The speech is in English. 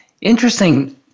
interesting